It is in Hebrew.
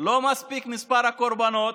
לא מספיק מספר הקורבנות,